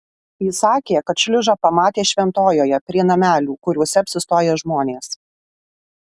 ji sakė kad šliužą pamatė šventojoje prie namelių kuriuose apsistoja žmonės